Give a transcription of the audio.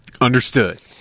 Understood